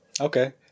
Okay